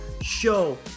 Show